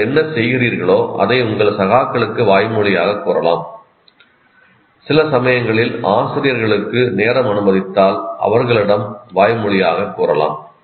நீங்கள் என்ன செய்கிறீர்களோ அதை உங்கள் சகாக்களுக்கு வாய்மொழியாகக் கூறலாம் சில சமயங்களில் ஆசிரியர்களுக்கு நேரம் அனுமதித்தால் அவர்களிடம் வாய்மொழியாகக் கூறலாம்